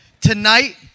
Tonight